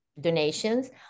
donations